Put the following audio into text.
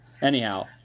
Anyhow